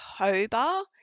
October –